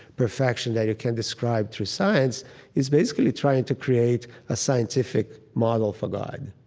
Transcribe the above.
perfection that you can describe through science is basically trying to create a scientific model for god